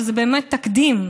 שזה באמת תקדים,